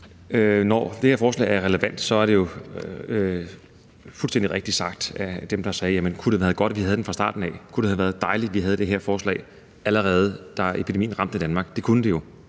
Når det her forslag er relevant, er det jo fuldstændig rigtigt set af dem, der sagde: Jamen kunne det have været godt, at vi havde haft det fra starten af – kunne det være dejligt, at vi havde haft det her forslag, allerede da epidemien ramte Danmark? Det kunne det jo